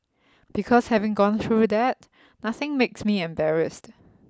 because having gone through that nothing makes me embarrassed